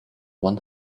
one